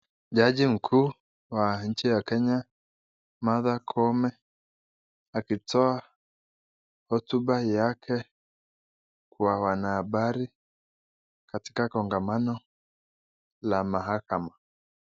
Jaji mkuu wa nchi ya Kenya Martha Koome akitoa hotuba yake kwa wanahabari katika kongamano la mahakama.